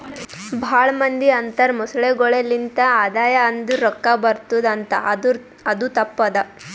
ಭಾಳ ಮಂದಿ ಅಂತರ್ ಮೊಸಳೆಗೊಳೆ ಲಿಂತ್ ಆದಾಯ ಅಂದುರ್ ರೊಕ್ಕಾ ಬರ್ಟುದ್ ಅಂತ್ ಆದುರ್ ಅದು ತಪ್ಪ ಅದಾ